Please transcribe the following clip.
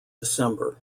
december